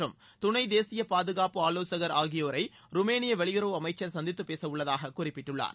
மற்றும் துணை தேசிய பாதுகாப்பு ஆலோககர் ஆகியோரை ருமேனிய வெளியறவு அமைச்சா் சந்தித்து பேச உள்ளதாக குறிப்பிட்டுள்ளார்